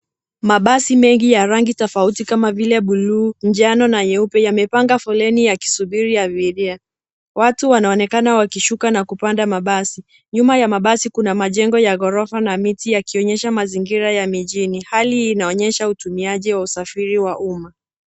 Mabasi mengi ya rangi tofauti kama vile buluu, njano na nyeupe yamepanga foleni yakisubiri abiria. Watu wanaonekana wakishuka na kupanda mabasi. Nyuma ya mabasi kuna majengo ya ghorofa na miti yakionyesha mazingira ya mijini. Hali hii inaonyesha utumiaji wa usafiri wa umma.